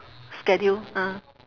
schedule ah